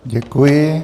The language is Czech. Děkuji.